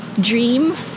dream